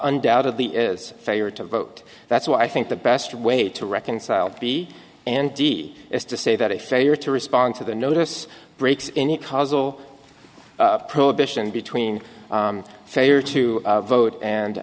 undoubtedly is failure to vote that's why i think the best way to reconcile b and d is to say that a failure to respond to the notice breaks any causal prohibition between failure to vote and